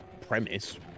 premise